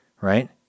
Right